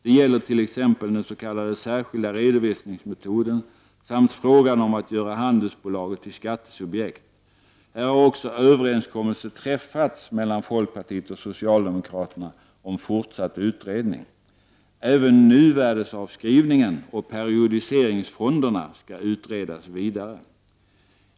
Det gäller t.ex. den s.k. särskilda redovisningsmetoden samt frågan om att göra handelsbolaget till skattesubjekt. Här har också överenskommelse träffats mellan folkpartiet och socialdemokraterna om fortsatt utredning. Även nuvärdesavskrivningen och periodiseringsfonderna skall utredas vidare.